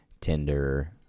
Tinder